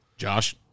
Josh